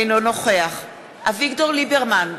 אינו נוכח אביגדור ליברמן,